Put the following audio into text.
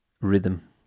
rhythm